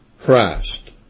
Christ